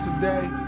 today